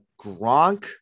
Gronk